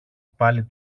πάλι